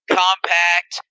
compact